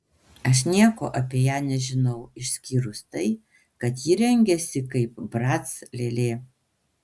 aš nieko apie ją nežinau išskyrus tai kad ji rengiasi kaip brac lėlė